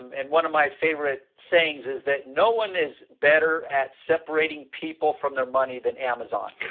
and one of my favorite sayings is that no one is better at separating people from their money than amazon.